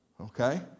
Okay